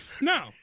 No